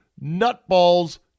nutball's